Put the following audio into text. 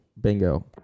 Bingo